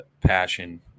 passion